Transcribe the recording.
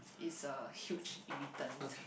is a huge irritant